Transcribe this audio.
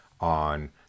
on